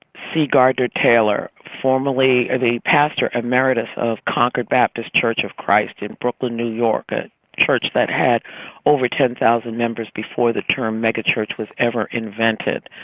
c gardner taylor formerly the pastor emeritus of concord baptist church of christ in brooklyn new york, a church that had over ten thousand members before the term mega-church was ever invented,